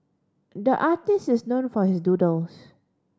the artist is known for his doodles